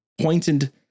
pointed